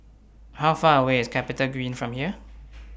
How Far away IS Capitagreen from here